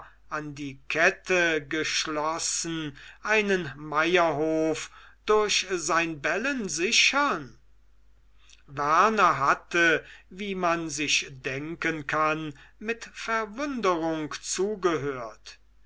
an die kette geschlossen einen meierhof durch sein bellen sichern werner hatte wie man sich denken kann mit verwunderung zugehört